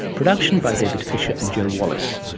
production by david fisher and joe wallace.